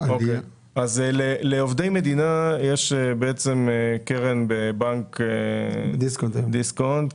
לעובדי מדינה יש קרן בבנק דיסקונט.